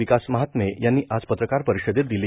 विकास महात्मे यांनी आज पत्रकार परिषदेत दिली